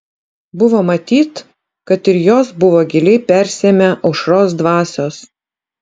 buvo matyt kad ir jos buvo giliai persiėmę aušros dvasios